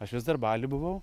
aš vis dar baly buvau